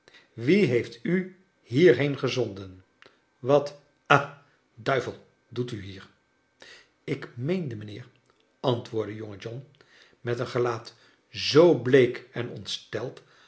wie heeft u hierheen gezonden wat ha duivel doet u hier ik meende mijnheer antwoordde jonge john met een gelaat zoo bleek en ontsteld